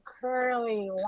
curly